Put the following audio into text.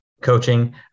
coaching